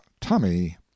Tummy